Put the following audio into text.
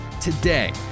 Today